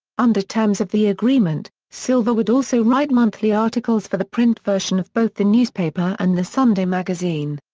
under terms of the agreement, silver would also write monthly articles for the print version of both the newspaper and the sunday magazine.